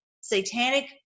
satanic